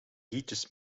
liedjes